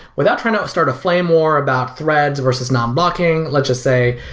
without trying to start a flame war about threads versus non-blocking, let's just say,